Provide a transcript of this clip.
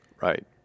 Right